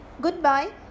Goodbye